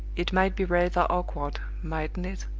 it might be rather awkward, mightn't it,